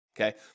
okay